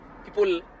People